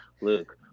look